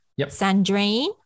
Sandrine